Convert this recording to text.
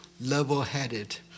level-headed